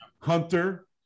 Hunter